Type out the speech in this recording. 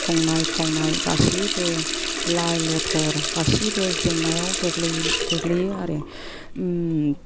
संनाय खावनाय गासिबो लाइ लथर गासैबो जेंनायाव गोग्लैयो आरो